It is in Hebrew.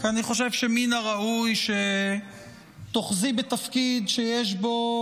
כי אני חושב שמן הראוי שתאחזי בתפקיד שיש בו